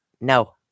No